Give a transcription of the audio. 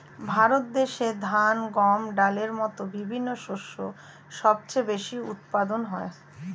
ভারত দেশে ধান, গম, ডালের মতো বিভিন্ন শস্য সবচেয়ে বেশি উৎপাদন হয়